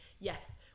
yes